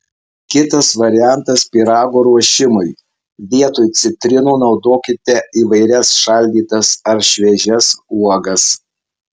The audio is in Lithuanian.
kitas variantas pyrago ruošimui vietoj citrinų naudokite įvairias šaldytas ar šviežias uogas